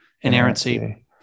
inerrancy